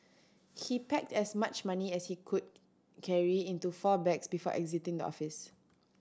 he packed as much money as he could carry into four bags before exiting the office